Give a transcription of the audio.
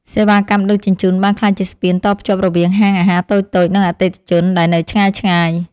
សេវាកម្មដឹកជញ្ជូនបានក្លាយជាស្ពានតភ្ជាប់រវាងហាងអាហារតូចៗ និងអតិថិជនដែលនៅឆ្ងាយៗ។